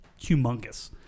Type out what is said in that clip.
humongous